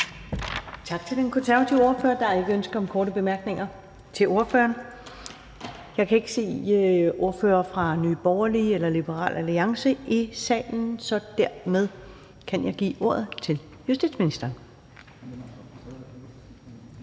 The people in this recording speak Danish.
Tak til den konservative ordfører. Der er ikke ønske om korte bemærkninger til ordføreren. Jeg kan ikke se nogen ordførere fra Nye Borgerlige og Liberal Alliance i salen, så dermed kan jeg give ordet til justitsministeren.